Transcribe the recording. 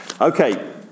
okay